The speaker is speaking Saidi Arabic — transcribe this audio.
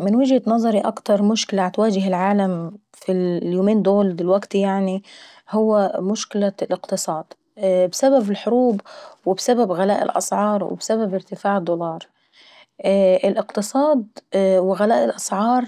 من وجهة نظري اكبر مشكلة بتواجه العالم دلوكتي في اليومين دول، هي مشكلة الاقتصادة. بسبب الحروب وبسبب غلاء الأسعار وبسبب ارتفاع الدولار. الاقتصاد وغلاء الأسعار